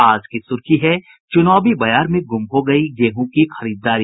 आज की सुर्खी है चुनावी बयार में गुम हो गयी गेहूं की खरीदारी